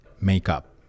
makeup